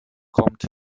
kommt